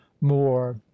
more